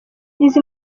izi